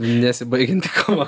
nesibaigianti kova